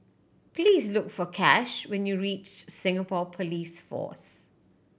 please look for Cash when you reach Singapore Police Force